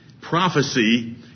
prophecy